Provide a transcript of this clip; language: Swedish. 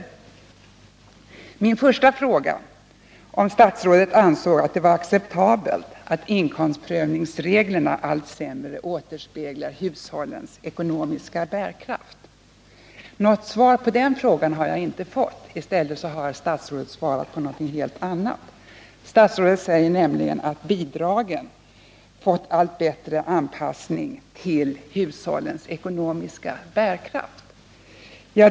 På min första fråga, om statsrådet ansåg att det var acceptabelt att inkomstprövningsreglerna allt sämre återspeglar hushållens ekonomiska bärkraft, har jag inte fått något svar. I stället har statsrådet svarat på någonting helt annat. Statsrådet säger nämligen att bidragen fått allt bättre anpassning till hushållens ekonomiska bärkraft.